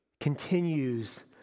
continues